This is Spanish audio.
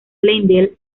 glendale